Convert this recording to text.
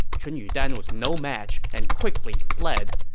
chun yudan was no match and quickly fled.